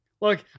Look